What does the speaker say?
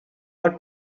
are